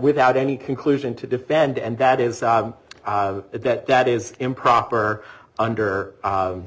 without any conclusion to defend and that is that that is improper under